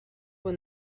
when